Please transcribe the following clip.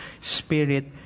spirit